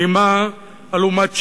אימה עלומת שם,